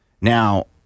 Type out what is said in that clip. Now